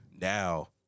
Now